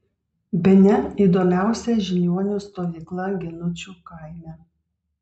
bene įdomiausia žiniuonių stovykla ginučių kaime